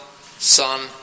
Son